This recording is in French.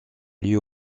lieu